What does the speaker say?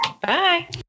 bye